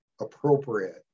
appropriate